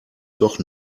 doch